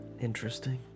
Interesting